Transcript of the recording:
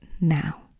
now